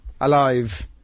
alive